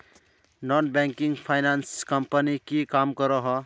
Non banking finance company की काम करोहो?